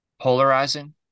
Polarizing